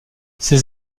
ses